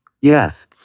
Yes